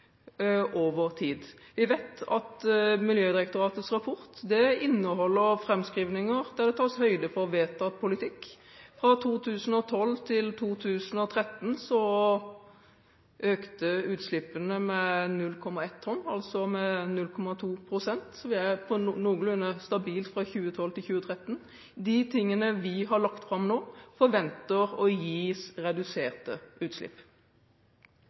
over tid. Vi vet at Miljødirektoratets rapport inneholder framskrivninger der det tas høyde for vedtatt politikk. Fra 2012 til 2013 økte utslippene med 0,1 tonn, altså med 0,2 pst. Det er noenlunde stabilt fra 2012 til 2013. De tingene vi har lagt fram nå, forventes å gi reduserte utslipp.